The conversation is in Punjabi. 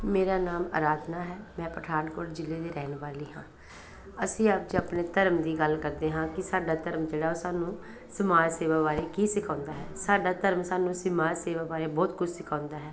ਮੇਰਾ ਨਾਮ ਅਰਾਧਨਾ ਹੈ ਮੈਂ ਪਠਾਨਕੋਟ ਜ਼ਿਲ੍ਹੇ ਦੀ ਰਹਿਣ ਵਾਲੀ ਹਾਂ ਅਸੀਂ ਅੱਜ ਆਪਣੇ ਧਰਮ ਦੀ ਗੱਲ ਕਰਦੇ ਹਾਂ ਕਿ ਸਾਡਾ ਧਰਮ ਜਿਹੜਾ ਸਾਨੂੰ ਸਮਾਜ ਸੇਵਾ ਬਾਰੇ ਕੀ ਸਿਖਾਉਂਦਾ ਹੈ ਸਾਡਾ ਧਰਮ ਸਾਨੂੰ ਸਮਾਜ ਸੇਵਾ ਬਾਰੇ ਬਹੁਤ ਕੁਝ ਸਿਖਾਉਂਦਾ ਹੈ